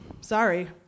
sorry